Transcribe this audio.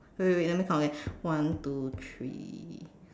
wait wait wait let me count again one two three